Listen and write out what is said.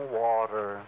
water